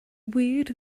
wir